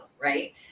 right